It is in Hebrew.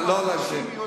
להגזים.